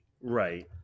right